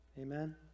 Amen